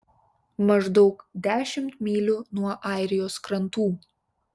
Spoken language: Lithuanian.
maždaug dešimt mylių nuo airijos krantų